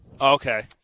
Okay